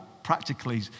Practically